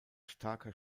starker